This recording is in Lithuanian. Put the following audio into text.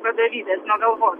vadovybės galvos